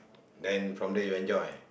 then from there you enjoy